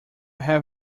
have